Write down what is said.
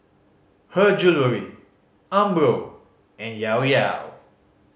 Her Jewellery Umbro and Llao Llao